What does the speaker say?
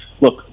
look